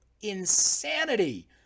insanity